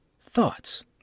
Thoughts